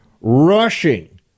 rushing